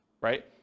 right